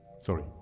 Sorry